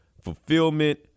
fulfillment